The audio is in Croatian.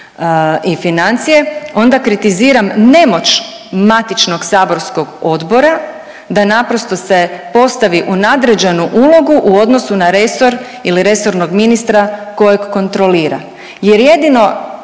i financije onda kritiziram nemoć matičnog saborskog odbora da naprosto se postavi u nadređenu ulogu u odnosu na resor ili resornog ministra kojeg kontrolira jer jedino